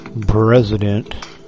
president